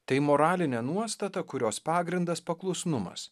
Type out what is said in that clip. tai moralinė nuostata kurios pagrindas paklusnumas